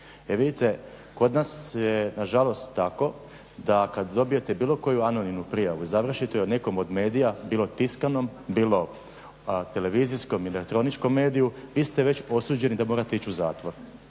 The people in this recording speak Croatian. E vidite, kod nas je na žalost tako da kad dobijete bilo koju anonimnu prijavu i završite u nekom od medija, bilo tiskanom, bilo televizijskom ili elektroničkom mediju vi ste već osuđeni da morate ići u zatvor.